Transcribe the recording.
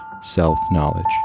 self-knowledge